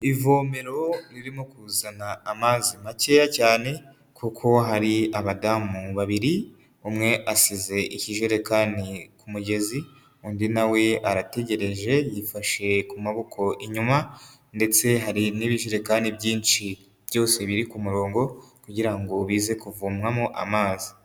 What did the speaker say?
Ivomero ririmo kuzana amazi makeya cyane, kuko hari abadamu babiri, umwe asize ikijerekani ku mugezi, undi nawe arategereje yifashe ku maboko inyuma, ndetse hari n'ibijerekani byinshi byose biri ku murongo, kugira ngo bize kuvomwamo amazi.